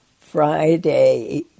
Friday